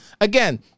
Again